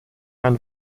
ein